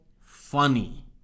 funny